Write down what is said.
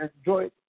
enjoy